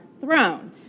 throne